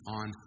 on